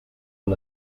van